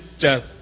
death